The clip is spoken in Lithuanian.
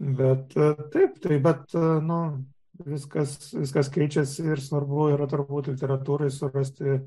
bet taip tai vat nu viskas viskas keičiasi ir svarbu yra turbūt literatūrai surasti